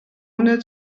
una